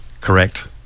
correct